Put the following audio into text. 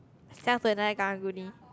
sell to another karang-guni